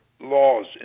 laws